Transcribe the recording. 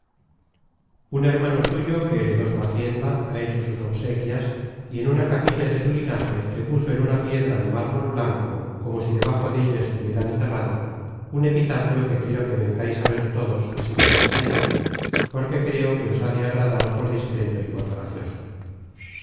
un hermano suyo que heredó su hacienda ha hecho sus obsequias y en una capilla de su linaje le puso en una piedra de mármol blanco como si debajo della estuviera enterrado un epitafio que quiero que vengais á ver todos así como estáis porque creo que os ha de agradar por discreto y por gracioso